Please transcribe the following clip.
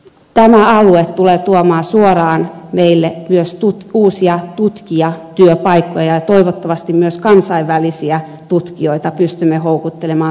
tämä alue tulee tuomaan meille suoraan myös uusia tutkijatyöpaikkoja ja toivottavasti myös kansainvälisiä tutkijoita pystymme houkuttelemaan suomen maaperälle